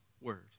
word